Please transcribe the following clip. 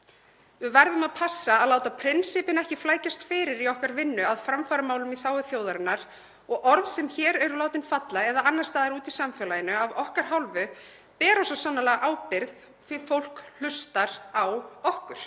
Við verðum að passa að láta prinsippin ekki flækjast fyrir í okkar vinnu að framfaramálum í þágu þjóðarinnar og orð sem hér eru látin falla eða annars staðar úti í samfélaginu af okkar hálfu bera svo sannarlega ábyrgð því fólk hlustar á okkur.